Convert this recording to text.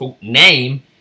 name